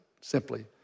simply